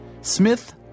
Smith